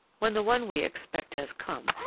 when the one we expect has come,